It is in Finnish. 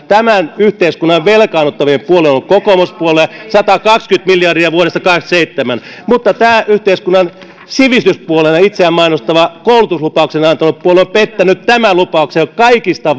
tämän yhteiskunnan velkaannuttavin puolue on kokoomuspuolue satakaksikymmentä miljardia vuodesta kahdeksankymmentäseitsemän mutta tämä yhteiskunnan sivistyspuolueena itseään mainostava koulutuslupauksen antanut puolue on pettänyt tämän lupauksen kaikista